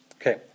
Okay